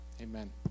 Amen